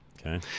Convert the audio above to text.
Okay